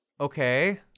Okay